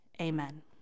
amen